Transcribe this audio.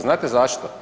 Znate zašto?